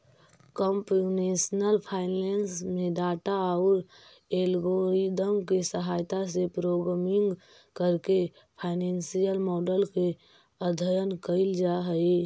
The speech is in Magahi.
कंप्यूटेशनल फाइनेंस में डाटा औउर एल्गोरिदम के सहायता से प्रोग्रामिंग करके फाइनेंसियल मॉडल के अध्ययन कईल जा हई